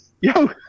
yo